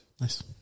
Nice